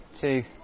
two